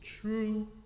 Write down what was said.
true